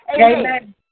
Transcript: Amen